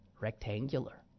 rectangular